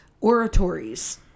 Oratories